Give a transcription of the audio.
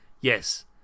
yes